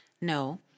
No